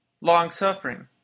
long-suffering